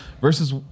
versus